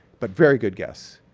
but very good guess.